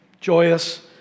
joyous